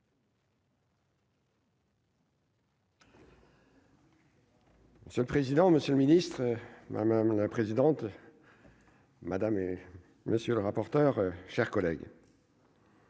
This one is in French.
Ce le président, Monsieur le Ministre, madame, madame la présidente. Madame et monsieur le rapporteur, chers collègues.